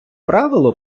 правило